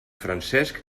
francesc